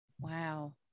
Wow